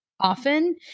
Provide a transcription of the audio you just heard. often